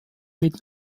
mit